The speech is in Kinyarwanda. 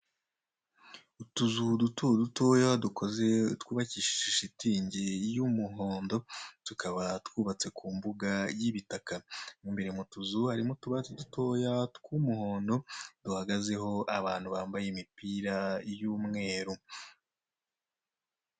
Utuzu duto dutoya twubakishije shitingi y'umuhondo, tukaba twubatse ku imbuga yibitaka. Imbere mu utuzu harimo utubati dutoya tw'umuhondo duhagazeho abantu bambaye imipira y'umweru.